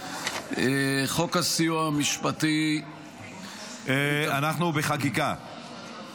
חוק הסיוע המשפטי --- אנחנו בחקיקה,